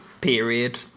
period